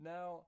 Now